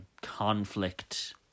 conflict